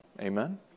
Amen